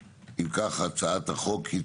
הצבעה הצעת החוק אושרה.